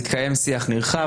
התקיים שיח נרחב,